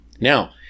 Now